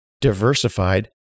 diversified